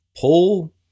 pull